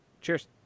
Cheers